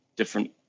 different